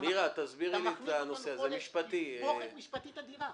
אתה מכניס --- תסבוכת משפטית אדירה.